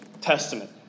Testament